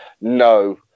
No